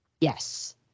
Yes